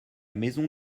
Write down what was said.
maison